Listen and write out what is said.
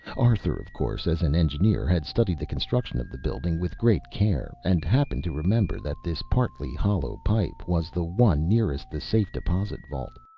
arthur, of course, as an engineer, had studied the construction of the building with great care, and happened to remember that this partly hollow pile was the one nearest the safe-deposit vault.